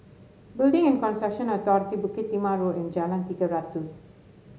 Building and Construction Authority Bukit Timah Road and Jalan Tiga Ratus